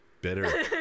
Bitter